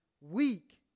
weak